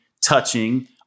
touching